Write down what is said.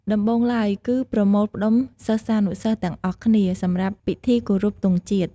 ដំបូងឡើយ គឺប្រមូលផ្ដុំសិស្សានុសិស្សទាំងអស់គ្នាសម្រាប់ពិធីគោរពទង់ជាតិ។